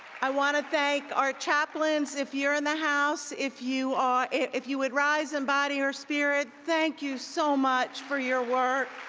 i want to thank our chaplains, if you're in the house. if you if you would rise in body or spirit. thank you so much for your work.